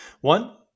One